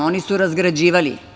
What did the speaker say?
Oni su razgrađivali.